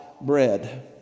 bread